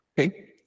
Okay